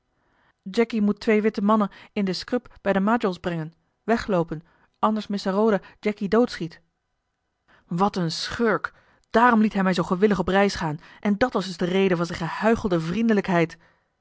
jacky moet twee witte mannen in de scrub bij de majols brengen wegloopen anders missa roda jacky doodschiet wat een schurk daarom liet hij mij zoo gewillig op reis gaan en dat was dus de reden van zijne gehuichelde vriendelijkheid